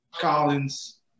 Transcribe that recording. Collins